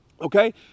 okay